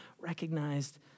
recognized